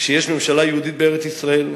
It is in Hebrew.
כשיש ממשלה יהודית בארץ-ישראל,